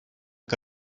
que